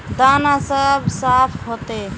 दाना सब साफ होते?